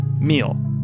meal